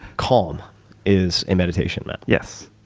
calm is a meditation app. yes.